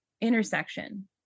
intersection